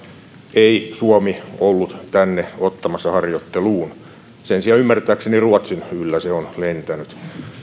ei suomi ollut tänne ottamassa harjoitteluun sen sijaan ymmärtääkseni ruotsin yllä se on lentänyt